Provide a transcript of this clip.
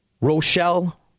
Rochelle